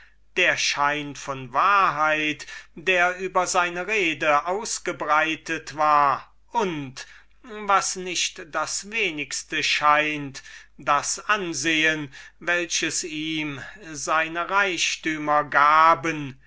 der schein von wahrheit der über seine rede ausgebreitet war und was nicht das wenigste scheint das ansehen welches ihm seine reichtümer gaben